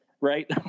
Right